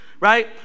Right